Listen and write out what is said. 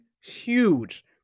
huge